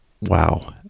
wow